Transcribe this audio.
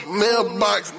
mailbox